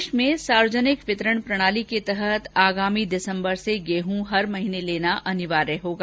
प्रदेश में सार्वजनिक वितरण प्रणाली के तहत आगामी दिसम्बर से गेहूं हर महीने लेना अनिवार्य होगा